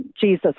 Jesus